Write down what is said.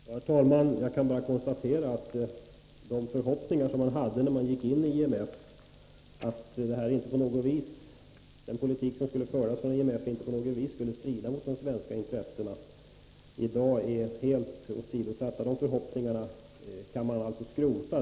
Herr talman! Jag kan bara konstatera att de förhoppningar som man hade när Sverige gick in i IMF — att den politik som skulle föras av IMF inte på något vis skulle strida mot de svenska intressena — i dag är helt grusade. De förhoppningarna kan man alltså skrota.